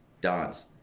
dance